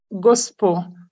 gospel